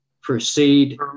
proceed